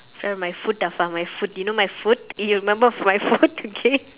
so my foot afar my foot you know my foot you remember my foot okay